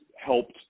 helped